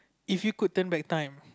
if you could turn back time